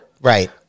Right